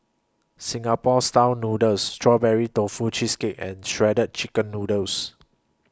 Singapore Style Noodles Strawberry Tofu Cheesecake and Shredded Chicken Noodles